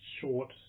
short